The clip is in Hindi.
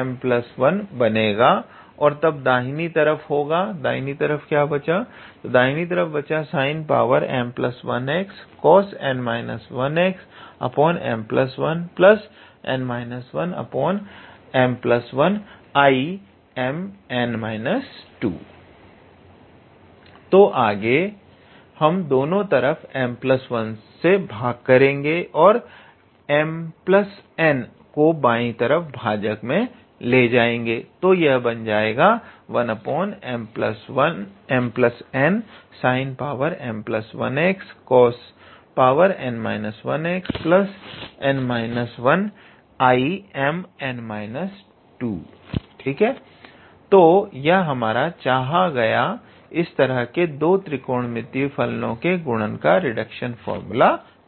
m1 बनेगा और तब दाहिनी तरफ होगा तो आगे हम दोनों तरफ m1 से भाग करेंगे और mn को बायी तरफ भाजक में ले जाएंगे तो यह बन जाएगा तो यह हमारा चाहा गया इस तरह के दो त्रिकोणमितीय फलनों के गुणन का रिडक्शन फार्मूला हुआ